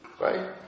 Right